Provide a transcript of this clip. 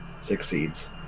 succeeds